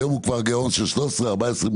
היום הוא כבר גירעון של 14-13 מיליון,